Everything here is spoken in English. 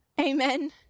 amen